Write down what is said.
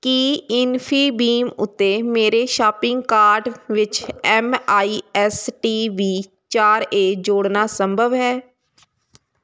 ਕੀ Infibeam ਉੱਤੇ ਮੇਰੇ shopping cart ਵਿੱਚ M I S T V ਚਾਰ ਏ ਜੋੜਨਾ ਸੰਭਵ ਹੈ